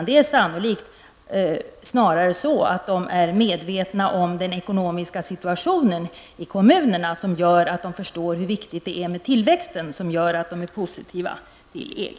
Det är snarare så att de är mer medvetna om den ekonomiska situationen i kommunen och förstår hur viktigt det är med tillväxten, och det gör att de är positiva till EG.